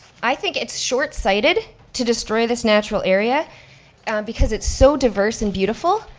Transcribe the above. i think it's short-sighted to destroy this natural area because it's so diverse and beautiful.